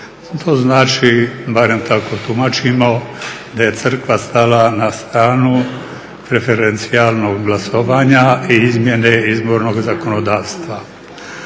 To znači barem tako tumačimo, da je Crkva stala na stranu preferencijalnog glasovanja i izmjene izbornog zakonodavstva.